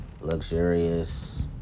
luxurious